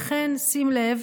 לכן, שים לב: